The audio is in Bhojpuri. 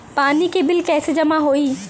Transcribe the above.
पानी के बिल कैसे जमा होयी?